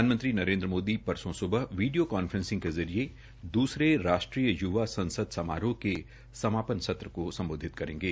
प्रधानमंत्री नरेन्द मोदी परसो स्बह वीडियो कांफ्रेसिंग के जरिये दूसरे राष्ट्रीय संसद समारोह के समापन सत्र को सम्बोधित करेंगे